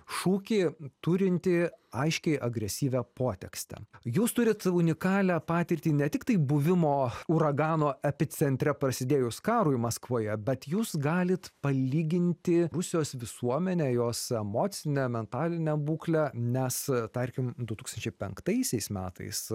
šūkį turintį aiškiai agresyvią potekstę jūs turit unikalią patirtį ne tiktai buvimo uragano epicentre prasidėjus karui maskvoje bet jūs galit palyginti rusijos visuomenę jos emocinę mentalinę būklę nes tarkim du tūkstančiai penktaisiais metais